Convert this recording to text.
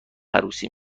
عروسی